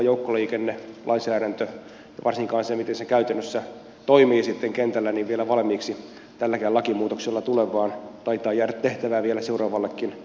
ei tämä joukkoliikennelainsäädäntö varsinkaan se miten se käytännössä toimii sitten kentällä vielä valmiiksi tälläkään lakimuutoksella tule vaan taitaa jäädä tehtävää vielä seuraavallekin eduskunnalle